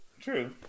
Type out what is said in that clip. True